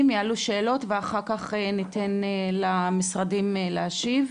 שישאלו שאלות ואחר כך ניתן למשרדים להשיב.